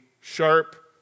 sharp